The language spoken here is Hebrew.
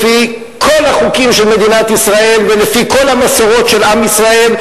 לפי כל החוקים של מדינת ישראל ולפי כל המסורות של עם ישראל,